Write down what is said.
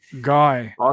guy